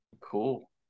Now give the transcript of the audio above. Cool